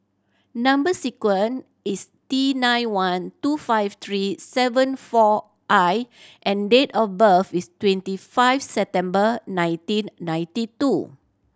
number sequence is T nine one two five three seven four I and date of birth is twenty five September nineteen ninety two